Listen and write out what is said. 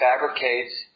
fabricates